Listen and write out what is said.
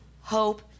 hope